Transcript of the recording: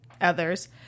others